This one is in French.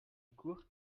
cour